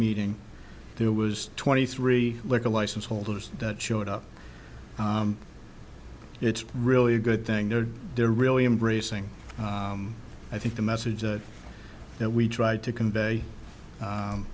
meeting there was twenty three liquor license holders that showed up it's really a good thing they're they're really embracing i think the message that that we tried to convey